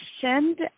send